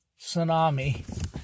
tsunami